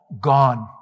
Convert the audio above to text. gone